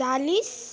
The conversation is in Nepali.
चालिस